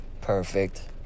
perfect